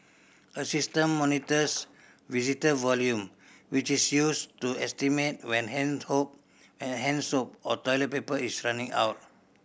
a system monitors visitor volume which is used to estimate when hand and hand soap or toilet paper is running out